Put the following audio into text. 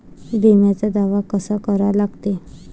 बिम्याचा दावा कसा करा लागते?